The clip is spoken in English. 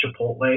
chipotle